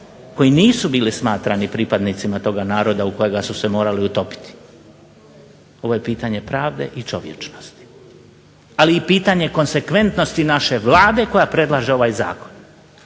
koji nisu bili smatrani pripadnicima toga naroda u kojega su se morali utopiti. Ovo je pitanje pravde i čovječnosti, ali i pitanje konsekventnosti naše Vlade koja predlaže ovaj zakon.